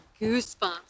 goosebumps